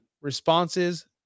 responses